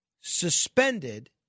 suspended